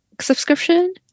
subscription